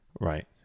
Right